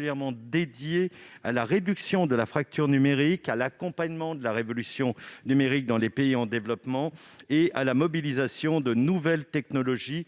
développement dédiée à la réduction de la fracture numérique, à l'accompagnement de la révolution numérique dans les pays en développement et à la mobilisation de nouvelles technologies